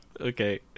Okay